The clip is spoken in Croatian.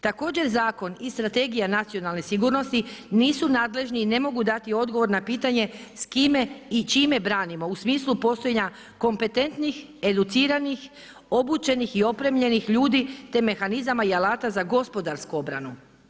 Također Zakon i Strategija nacionalne sigurnosti nisu nadležni i ne mogu dati odgovor na pitanje s kime i čime branimo u smislu postojanja kompetentnih, educiranih i opremljenih ljudi te mehanizama i alata za gospodarsku obranu.